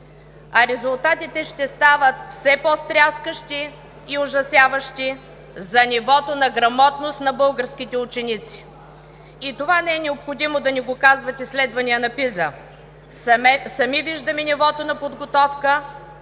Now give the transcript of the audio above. а резултатите ще стават все по-стряскащи и ужасяващи за нивото на грамотност на българските ученици. Това не е необходимо да ни го казват изследвания на PISA, сами виждаме нивото на подготовка